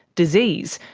disease,